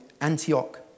Antioch